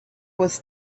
was